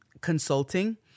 consulting